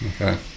okay